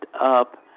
up